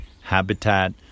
habitat